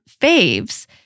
Faves